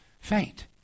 faint